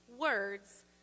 words